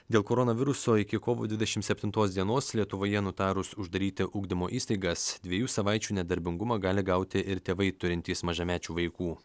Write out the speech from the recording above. dėl koronaviruso iki kovo dvidešimt septintos dienos lietuvoje nutarus uždaryti ugdymo įstaigas dviejų savaičių nedarbingumą gali gauti ir tėvai turintys mažamečių vaikų